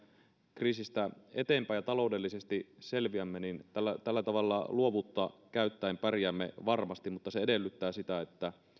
kriisistä eteenpäin ja taloudellisesti selviämme niin tällä tällä tavalla luovuutta käyttäen pärjäämme varmasti mutta se edellyttää sitä että